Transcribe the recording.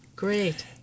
Great